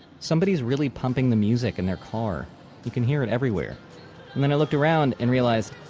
somebody's really pumping the music in their car. you can hear it everywhere. and then i looked around and realized,